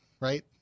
right